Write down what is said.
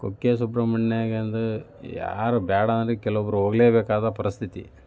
ಕುಕ್ಕೆ ಸುಬ್ರಹ್ಮಣ್ಯಗೆ ಅಂದರೆ ಯಾರೂ ಬೇಡ ಅಂದ್ರೂ ಕೆಲವೊಬ್ರು ಹೋಗಲೇಬೇಕಾದ ಪರಿಸ್ಥಿತಿ